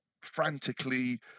frantically